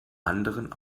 anderen